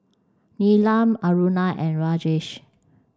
Neelam Aruna and Rajesh